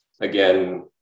Again